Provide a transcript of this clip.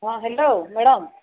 ହଁ hello madam